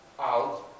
out